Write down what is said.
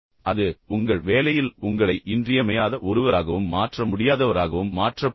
அது உங்கள் வேலையில் உங்களை இன்றியமையாத ஒருவராகவும் மாற்ற முடியாதவராகவும் மாற்றப் போகிறது